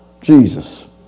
Jesus